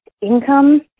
income